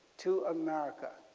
to america.